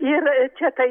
ir čia tai